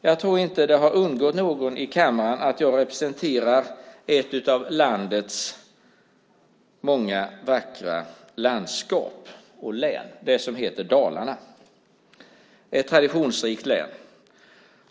Jag tror inte att det undgått någon här i kammaren att jag representerar ett av landets många vackra landskap och län, Dalarna - ett traditionsrikt län.